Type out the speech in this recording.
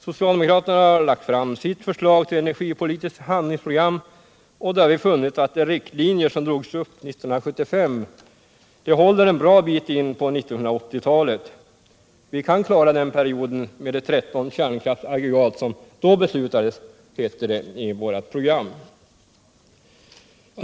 Socialdemokraterna har lagt fram sitt förslag till energipolitiskt handlingsprogram och därvid funnit att de riktlinjer som drogs upp 1975 håller en bra bit in på 1980-talet. Vi kan klara den perioden med de 13 kärnkraftsaggregat som då beslutades, heter det i vårt program.